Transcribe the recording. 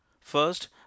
First